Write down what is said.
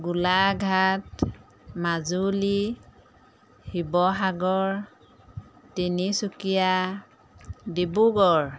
Golaghat Majuli Sivasagar Tinsukia Dibrugarh